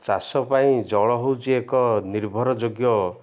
ଚାଷ ପାଇଁ ଜଳ ହେଉଛି ଏକ ନିର୍ଭର ଯୋଗ୍ୟ